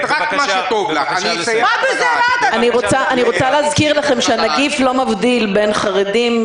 אני רוצה להזכיר לכם שהנגיף לא מבדיל בין חרדים,